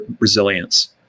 resilience